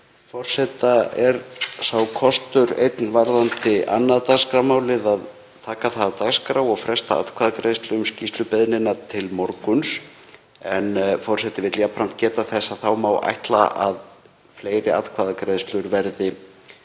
Forseta er sá kostur einn varðandi 2. dagskrármálið að taka það af dagskrá og fresta atkvæðagreiðslu um skýrslubeiðnina til morguns. Forseti vill jafnframt geta þess að þá má ætla að fleiri atkvæðagreiðslur verði að